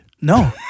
No